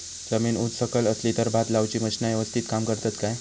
जमीन उच सकल असली तर भात लाऊची मशीना यवस्तीत काम करतत काय?